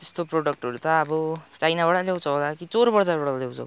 त्यस्तो प्रडक्टहरू त अब चाइनाबाट ल्याउँछौ होला कि चोरबजारबाट ल्याउँछौ